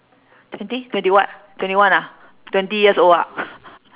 twenty twenty what twenty one ah twenty years old ah